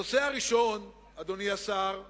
הנושא הראשון, אדוני השר,